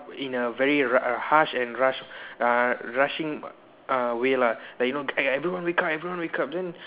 in a very ro~ uh harsh and rush uh rushing uh way lah like you know everyone wake up everyone wake up then